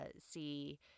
see